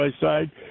side